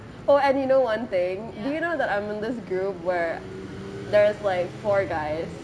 oh and you know [one] thing do you know that I'm in this group where there is like four guys